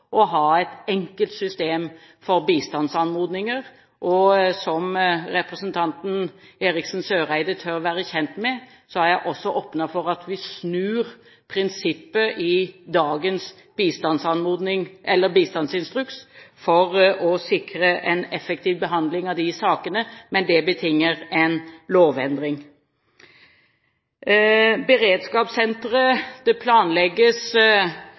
å ha et enkelt system for bistandsanmodninger. Som representanten Eriksen Søreide tør være kjent med, har jeg åpnet for at vi snur prinsippet i dagens bistandsinstruks for å sikre en effektiv behandling av de sakene, men det betinger en lovendring. Beredskapssenteret planlegges for fullt, og det